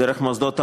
דרך מוסדות האו"ם,